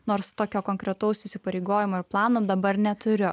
nors tokio konkretaus įsipareigojimo ir plano dabar neturiu